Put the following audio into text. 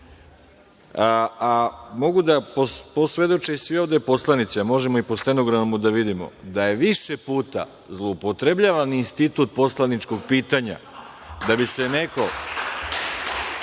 tako. Mogu da posvedoče i svi poslanici, a možemo i po stenogramu da vidimo da je više puta zloupotrebljavan institut poslaničkog pitanja da bi se neko